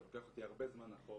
אתה לוקח אותי הרבה זמן אחורה.